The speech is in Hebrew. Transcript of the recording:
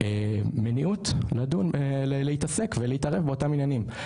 מניעות לדון להתעסק ולהתערב באותם עניינים.